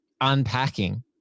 unpacking